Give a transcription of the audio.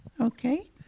okay